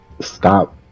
stop